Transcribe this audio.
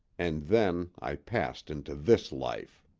and then i passed into this life.